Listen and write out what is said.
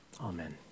Amen